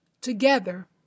together